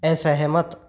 असहमत